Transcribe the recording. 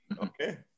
Okay